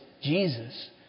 Jesus